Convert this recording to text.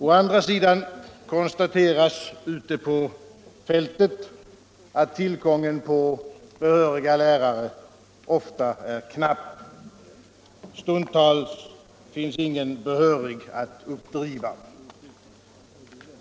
Å andra sidan konstateras ute på fältet att tillgången på behöriga lärare ofta är knapp; stundtals finns ingen behörig att uppdriva.